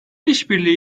işbirliği